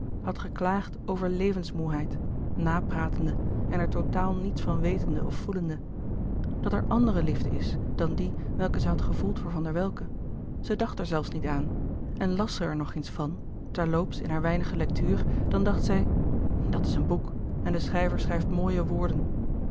had geklaagd over levensmoêheid napratende en er totaal niets van wetende of voelende dat er andere liefde is dan die welke zij had gevoeld voor van der welcke zij dacht er zelfs niet aan en las zij er nog eens van terloops in louis couperus de boeken der kleine zielen haar weinige lectuur dan dacht zij dat is een boek en de schrijver schrijft mooie woorden